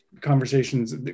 conversations